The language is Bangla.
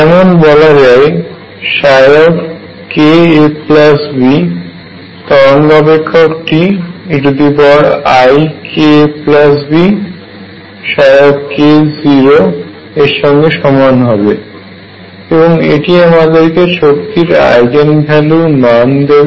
যেমন বলা যায় kab তরঙ্গ অপেক্ষকটি eikabk এর সঙ্গে সমান হবে এবং এটি আমাদেরকে শক্তির আইগেন ভ্যালুর মান দেবে